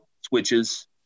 switches